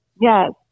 Yes